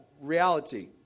reality